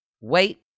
Wait